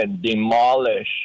demolish